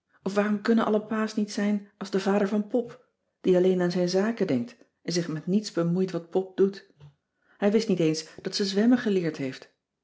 of waarom kunnen alle pa's niet zijn als de vader van pop die alleen aan zijn zaken denkt en zich met niets bemoeit wat pop doet hij wist niet eens dat ze zwemmen geleerd heeft